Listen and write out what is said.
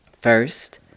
First